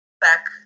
back